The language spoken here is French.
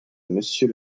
monsieur